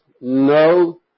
no